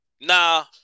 nah